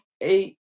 eight